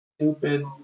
stupid